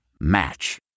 Match